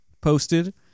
posted